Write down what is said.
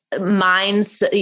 minds